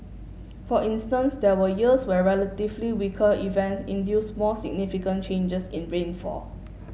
for instance there were years where relatively weaker events induced more significant changes in rainfall